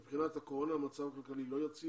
מבחינת הקורונה המצב הכלכלי לא יציב